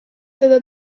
teda